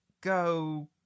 go